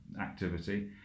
activity